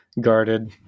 guarded